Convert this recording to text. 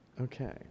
Okay